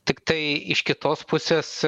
tiktai iš kitos pusės